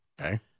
Okay